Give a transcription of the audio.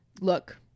Look